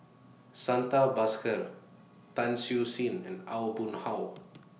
Santha Bhaskar Tan Siew Sin and Aw Boon Haw